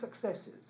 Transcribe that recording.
successes